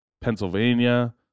Pennsylvania